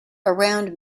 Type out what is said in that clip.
around